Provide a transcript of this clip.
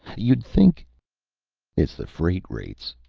you'd think it's the freight rates,